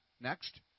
Next